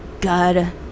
god